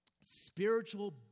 spiritual